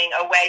away